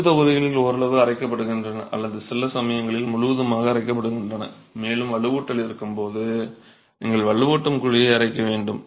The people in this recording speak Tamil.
வெற்றுத் தொகுதிகள் ஓரளவு அரைக்கப்படுகின்றன அல்லது சில சமயங்களில் முழுவதுமாக அரைக்கப்படுகின்றன மேலும் வலுவூட்டல் இருக்கும் போது நீங்கள் வலுவூட்டும் குழியை அரைக்க வேண்டும்